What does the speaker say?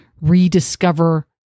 rediscover